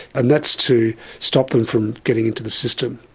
and that's to stop them from getting into the system.